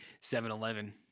7-Eleven